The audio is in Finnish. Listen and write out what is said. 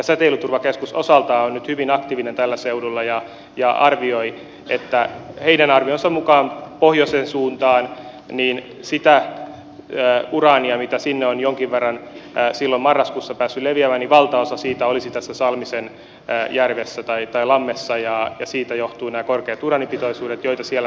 säteilyturvakeskus osaltaan on nyt hyvin aktiivinen tällä seudulla ja arvioi että heidän arvionsa mukaan siitä uraanista mitä pohjoisen suuntaan on jonkin verran silloin marraskuussa päässyt leviämään valtaosa olisi tässä salmisen lammessa ja siitä johtuvat nämä korkeat uraanipitoisuudet joita siellä tarkkaan nyt tarkkaillaan